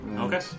Okay